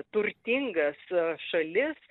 turtingas šalis